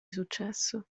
successo